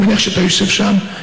אני מניח שאתה יושב שם,